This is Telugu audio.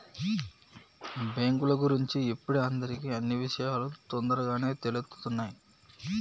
బ్యేంకుల గురించి ఇప్పుడు అందరికీ అన్నీ విషయాలూ తొందరగానే తెలుత్తున్నయ్